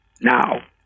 now